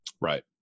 Right